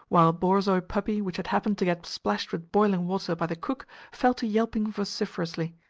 while a borzoi puppy which had happened to get splashed with boiling water by the cook fell to yelping vociferously.